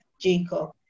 Jacob